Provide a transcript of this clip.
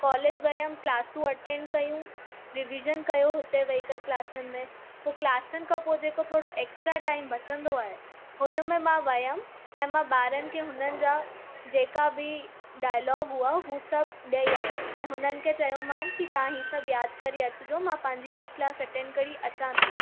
college वयमि क्लासूं attend कयूं रिवीज़न कयो हुते वेही करे क्लासिन में पोइ क्लासिन खां पोइ जेको थोरो एक्सट्रा टाइम बचंदो आहे हुन में मां वयमि ऐं मां ॿारनि खे हुननि जा जेका बि डायलोग हूआ हूअ सभु ॾई आयमि ऐं हुननि खे चयोमान की तव्हां हीअ सभु यादि करे अचिजो मां पंहिंजी ॿी क्लास एटैंड करी अचां थी